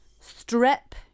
strip